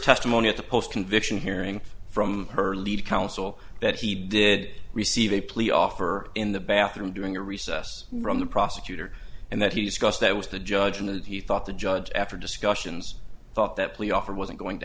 testimony at the post conviction hearing from her lead counsel that he did receive a plea offer in the bathroom during a recess run the prosecutor and that he discussed that with the judge and that he thought the judge after discussions thought that plea offer wasn't going to